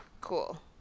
Cool